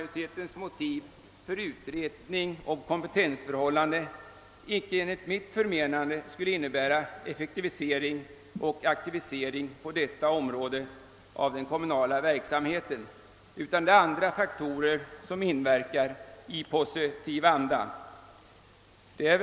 Därför skulle en utredning om kompetensförhållandena enligt utskottsmajoritetens linje enligt mitt förmenande inte innebära en effektivisering och aktivisering av den kommunala verksamheten, utan därvidlag är det andra faktorer som verkar i positiv riktning.